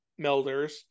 melders